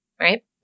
right